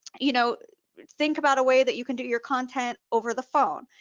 you know think about a way that you can do your content over the phone.